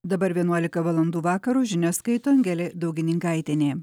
dabar vienuolika valandų vakaro žinias skaito angelė daugininkaitienė